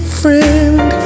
friend